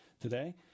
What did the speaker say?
today